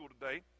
today